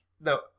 no